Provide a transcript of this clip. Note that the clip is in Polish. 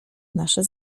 nasze